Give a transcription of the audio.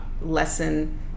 lesson